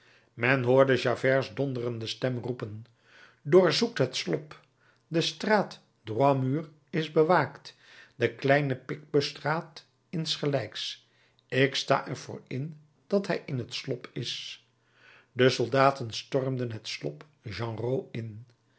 men hoorde javerts donderende stem roepen doorzoekt het slop de straat droit mur is bewaakt de kleine picpus straat insgelijks ik sta er voor in dat hij in t slop is de soldaten stormden het slop genrot in